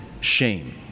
shame